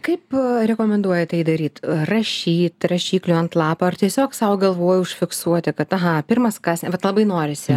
kaip rekomenduoji tai daryt rašyt rašikliu ant lapo ar tiesiog sau galvoj užfiksuoti kad aha pirmas kąs vat labai norisi